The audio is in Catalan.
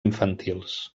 infantils